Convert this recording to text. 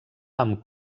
amb